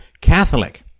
Catholic